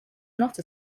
not